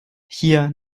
hier